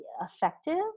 effective